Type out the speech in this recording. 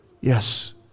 Yes